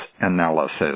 analysis